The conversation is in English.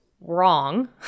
wrong